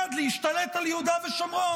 ולג'יהאד להשתלט על יהודה ושומרון?